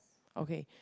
okay